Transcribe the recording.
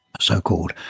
so-called